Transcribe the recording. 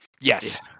Yes